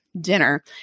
dinner